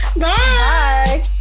Bye